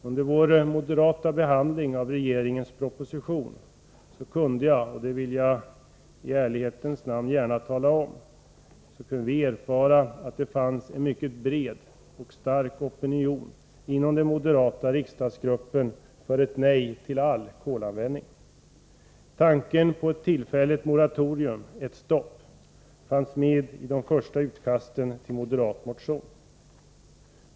Under moderata samlingspartiets behandling av regeringspropositionen kunde jag erfara — det vill jag i ärlighetens namn gärna tala om — att det fanns en mycket bred och stark opinion inom den moderata riksdagsgruppen för ett nej till all kolanvändning. Tanken på ett tillfälligt moratorium, ett stopp, fanns med i de första utkasten till en moderat motion.